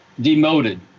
Demoted